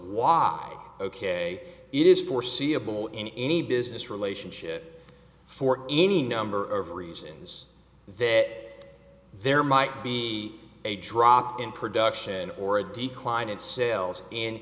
it is foreseeable in any business relationship for any number of reasons that there might be a drop in production or a decline in sales in